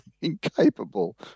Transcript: incapable